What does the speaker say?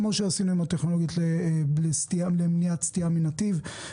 כמו שעשינו עם הטכנולוגיות למניעת סטייה מנתיב.